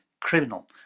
criminal